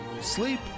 sleep